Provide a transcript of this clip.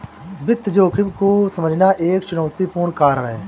वित्तीय जोखिम को समझना एक चुनौतीपूर्ण कार्य है